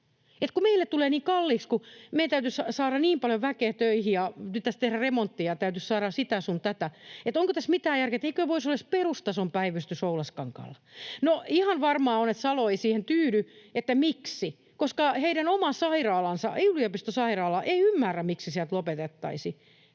kun meille tulee niin kalliiksi, kun meidän täytyisi saada niin paljon väkeä töihin ja pitäisi tehdä remonttia ja täytyisi saada sitä sun tätä, että onko tässä mitään järkeä, että eikö voisi olla edes perustason päivystys Oulaskankaalla. No ihan varmaa on, että Salo ei siihen tyydy, että ”miksi?”, koska heidän oma sairaalansa, yliopistosairaala, ei ymmärrä, miksi sieltä lopetettaisiin